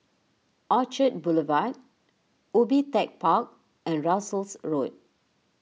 Orchard Boulevard Ubi Tech Park and Russels Road